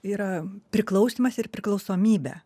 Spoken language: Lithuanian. yra priklausymas ir priklausomybė